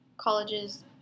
colleges